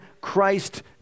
Christ